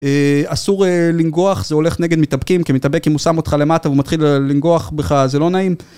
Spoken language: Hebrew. אסור לנגוח, זה הולך נגד מתאבקים, כי מתאבק אם הוא שם אותך למטה ומתחיל לנגוח בך, זה לא נעים.